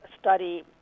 study